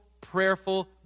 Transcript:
prayerful